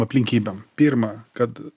aplinkybėm pirma kad